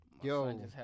Yo